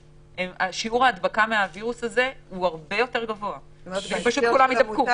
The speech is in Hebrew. שיעור ההדבקה מהווירוס הזה הוא הרבה יותר גבוה ופשוט כולם יידבקו.